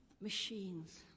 Machines